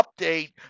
update